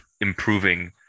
improving